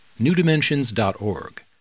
newdimensions.org